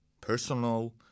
personal